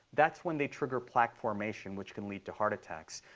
that's when they trigger plaque formation, which can lead to heart attacks.